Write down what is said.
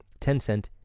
Tencent